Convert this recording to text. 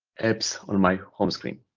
apps on my home screen.